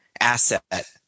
asset